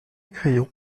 crayon